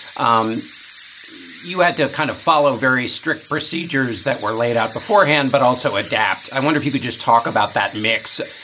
um you had to kind of follow very strict procedures that were laid out beforehand, but also adapt i wonder if you could just talk about that mix,